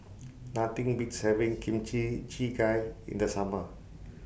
Nothing Beats having Kimchi Jjigae in The Summer